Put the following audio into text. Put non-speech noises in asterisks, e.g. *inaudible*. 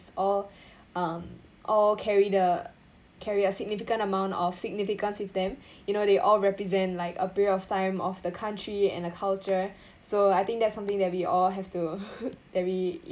all um all carry the carry a significant amount of significance with them you know they all represent like a period of time of the country and the culture so I think that's something that we all have to *laughs* that we